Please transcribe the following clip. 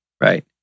right